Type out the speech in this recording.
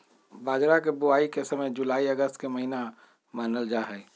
बाजरा के बुवाई के समय जुलाई अगस्त के महीना मानल जाहई